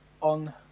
on